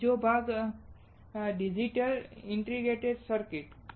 બીજો ભાગ digital integrated circuits